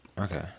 okay